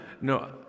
No